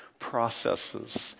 processes